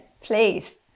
please